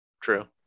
True